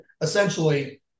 essentially